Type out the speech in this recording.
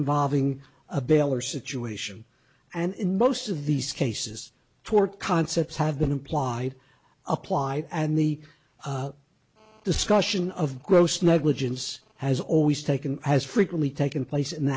involving a baylor situation and in most of these cases tort concepts have been implied applied and the discussion of gross negligence has always taken has frequently taken place in